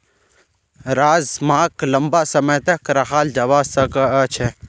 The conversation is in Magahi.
राजमाक लंबा समय तक रखाल जवा सकअ छे